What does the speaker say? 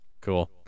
Cool